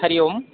हरिः ओं